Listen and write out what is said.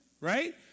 right